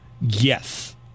Yes